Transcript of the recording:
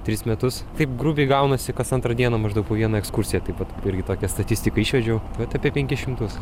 tris metus taip grubiai gaunasi kas antrą dieną maždaug po vieną ekskursiją taip vat irgi tokią statistiką išvedžiau vat apie penkis šimtus